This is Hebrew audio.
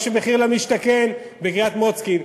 יש מחיר למשתכן בקריית-מוצקין,